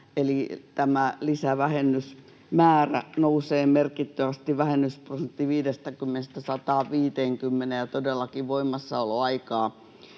eli tämä lisävähennysmäärä nousee merkittävästi, vähennysprosentti 50:stä 150:een, ja todellakin voimassaoloaikaa